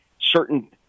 certain